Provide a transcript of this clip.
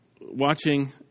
watching